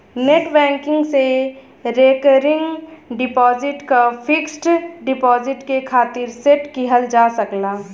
net banking से recurring deposit क fixed deposit के खातिर सेट किहल जा सकला